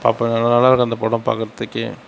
பார்ப்பேன் அது நல்லா இருக்கும் அந்த படம் பார்க்குறதுக்கே